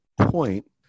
point